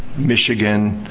michigan,